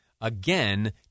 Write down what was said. again